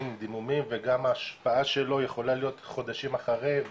עם דימומים וגם ההשפעה שלו יכולה להיות חודשים אחרי.